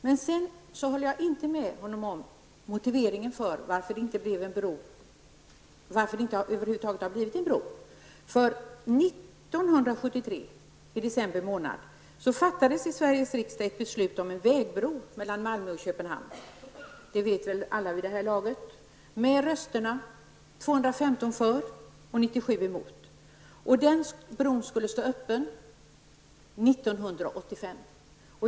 Men jag håller inte med Bertil Persson om motiveringen till att det över huvud taget inte har blivit någon bro. Köpenhamn, vilket väl alla känner till vid det här laget, med röstsiffrorna 215 för och 97 emot. Den bron skulle stå öppen 1985.